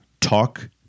talk